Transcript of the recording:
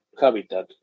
habitat